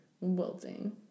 Wilting